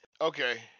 okay